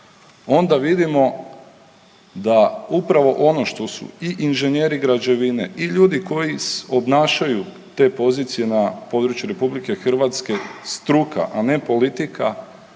onda vidimo da upravo ono što su i inženjeri građevine, i ljudi koji obnašaju te pozicije na području Republike Hrvatske struka a ne politika